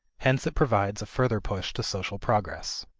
hence it provides a further push to social progress.